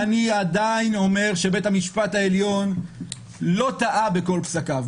אני עדיין אומר שבית המשפט העליון לא טעה בכל פסקיו,